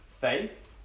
Faith